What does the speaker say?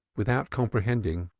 without comprehending,